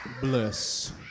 Bliss